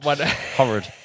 horrid